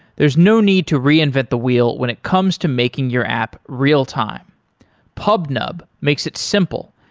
there is no need to reinvent the wheel when it comes to making your app real-time pubnub makes it simple,